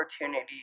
opportunity